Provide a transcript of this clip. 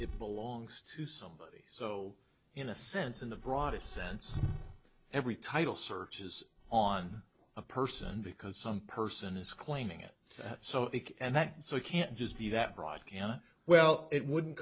it belongs to somebody so in a sense in the broadest sense every title search is on a person because some person is claiming it so it and that so it can't just be that broad kana well it wouldn't